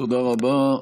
תודה רבה.